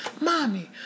Mommy